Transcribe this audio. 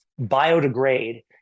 biodegrade